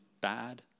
bad